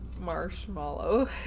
marshmallow